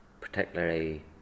Particularly